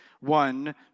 One